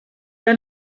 que